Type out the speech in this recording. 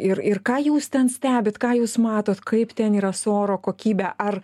ir ir ką jūs ten stebit ką jūs matot kaip ten yra su oro kokybe ar